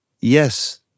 yes